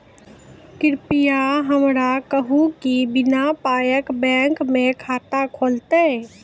कृपया हमरा कहू कि बिना पायक बैंक मे खाता खुलतै?